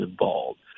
involved